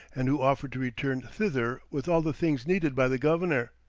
and who offered to return thither with all the things needed by the governor,